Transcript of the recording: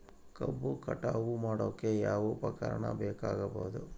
ಕಬ್ಬು ಕಟಾವು ಮಾಡೋಕೆ ಯಾವ ಉಪಕರಣ ಬೇಕಾಗಬಹುದು?